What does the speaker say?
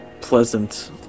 pleasant